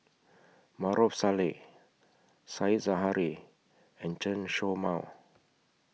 Maarof Salleh Said Zahari and Chen Show Mao